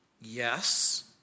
Yes